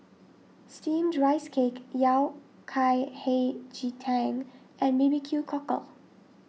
Steamed Rice Cake Yao Cai Hei Ji Tang and B B Q Cockle